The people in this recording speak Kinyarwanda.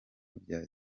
bya